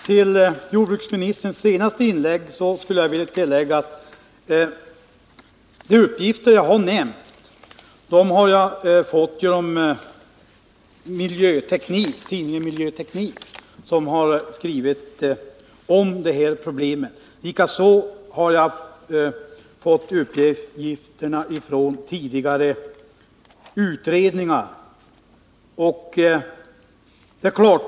Herr talman! De uppgifter jag har anfört har jag fått genom tidningen Miljöteknik, som skrivit om det här problemet, och från tidigare utredning-. ar.